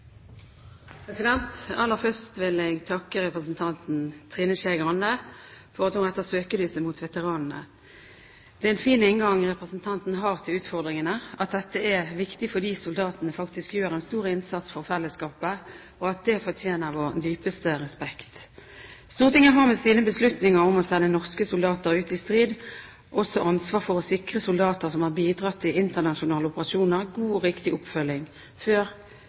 soldatene. Aller først vil jeg takke representanten Trine Skei Grande for at hun retter søkelyset mot veteranene. Det er en fin inngang representanten har til utfordringene, at dette er viktig fordi soldatene faktisk gjør en stor innsats for fellesskapet, og at det fortjener vår dypeste respekt. Stortinget har med sine beslutninger om å sende norske soldater ut i strid også ansvar for å sikre soldater som har bidratt i internasjonale operasjoner, god og riktig oppfølging før,